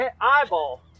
eyeball